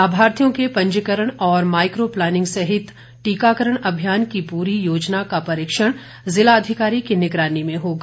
लाभार्थियों के पंजीकरण और माइक्रोप्लानिंग सहित टीकाकरण अभियान की पूरी योजना का परीक्षण जिलाधिकारी की निगरानी में होगा